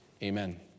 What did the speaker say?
Amen